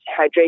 hydration